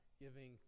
giving